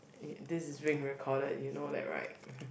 this is being recorded you know that right